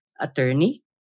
attorney